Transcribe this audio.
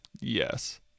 Yes